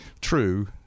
True